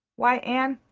why, anne,